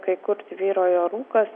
kai kur tvyrojo rūkas